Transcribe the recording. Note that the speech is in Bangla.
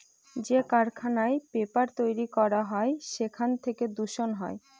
যে কারখানায় পেপার তৈরী করা হয় সেখান থেকে দূষণ হয়